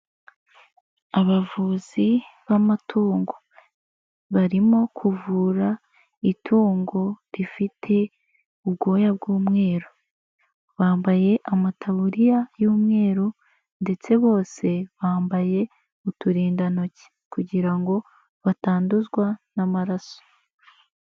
Abavuzi b'amatungo barimo kuvura itungo rifite ubwoya bw'umweru, bambaye amataburiya y'umwe ndetse bose bambaye uturindantoki kugira ngo batanduzwa n'amaraso.